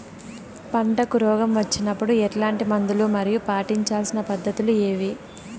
పంటకు రోగం వచ్చినప్పుడు ఎట్లాంటి మందులు మరియు పాటించాల్సిన పద్ధతులు ఏవి?